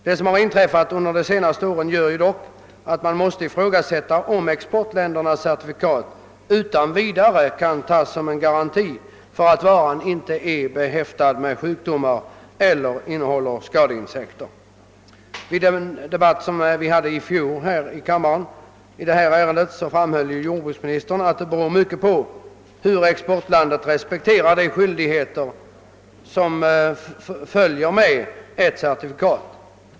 Det som har inträffat under de senaste åren gör emellertid att man måste ifrågasätta, om exportländernas certifikat utan vidare kan tas som en garanti för att varan inte är behäftad med sjukdomar eller innehåller skadeinsekter. I den debatt i detta ärende som vi hade förra året här i kammaren framhöll jordbruksministern att det »beror mycket på hur exportlandet respekterar de skyldigheter som följer med ett certifikat.